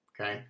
Okay